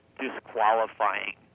disqualifying